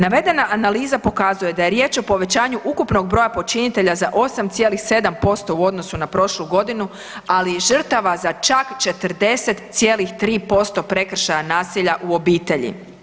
Navedena analiza pokazuje da je riječ o povećanju ukupnog broja počinitelja za 8,7% u odnosu na prošlu godinu ali i žrtava za čak 40,3% prekršaja nasilja u obitelji.